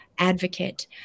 advocate